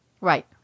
Right